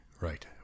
Right